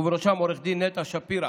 ובראשם עו"ד נטע שפירא,